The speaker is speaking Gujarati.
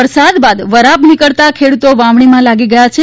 વરસાદ બાદ વરાપ નીકળતાં ખેડૂતો વાવણીમાં લાગી ગયા છે